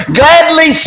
gladly